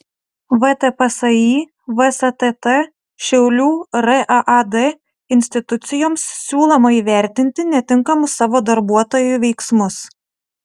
vtpsi vstt šiaulių raad institucijoms siūloma įvertinti netinkamus savo darbuotojų veiksmus